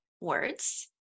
words